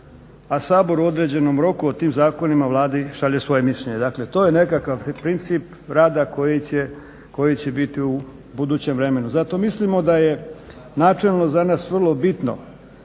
a Sabor u određenom roku o tim zakonima Vladi šalje svoje mišljenje. Dakle, to je nekakav princip rada koji će biti u budućem vremenu. Zato mislimo da je načelno za nas vrlo bitno